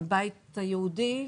הבית היהודי?